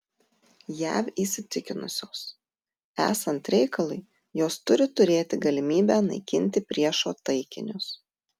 jav įsitikinusios esant reikalui jos turi turėti galimybę naikinti priešo taikinius